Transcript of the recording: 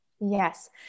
Yes